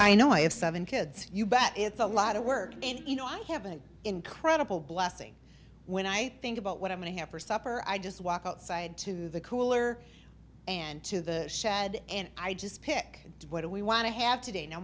i know i have seven kids you but it's a lot of work and you know i have an incredible blessing when i think about what i'm going to have for supper i just walk outside to the cooler and to the shed and i just pick what we want to have today no